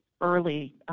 early